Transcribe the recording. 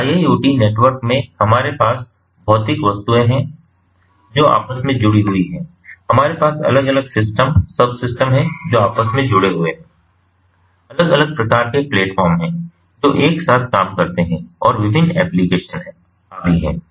तो IIoT network में हमारे पास भौतिक वस्तुएं हैं जो आपस में जुड़ी हुई हैं हमारे पास अलग अलग सिस्टम सबसिस्टम हैं जो आपस में जुड़े हुए हैं अलग अलग प्रकार के प्लेटफॉर्म हैं जो एक साथ काम करते हैं और विभिन्न एप्लिकेशन आदि हैं